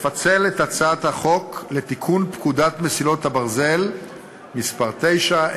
לפצל את הצעת חוק לתיקון פקודת מסילות הברזל (מס' 9),